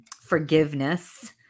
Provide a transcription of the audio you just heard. forgiveness